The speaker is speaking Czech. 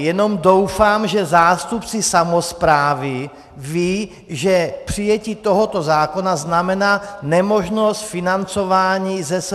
Jenom doufám, že zástupci samosprávy vědí, že přijetí tohoto zákona znamená nemožnost financování ze SFDI.